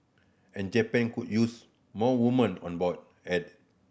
and Japan could use more women on board added